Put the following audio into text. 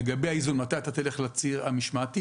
לגבי האיזון מתי אתה תלך לציר המשמעתי,